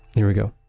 here we go.